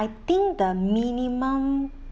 I think the minimum